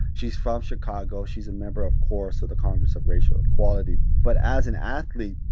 she's from chicago. she's a member, of course, of the congress of racial equality. but as an athlete,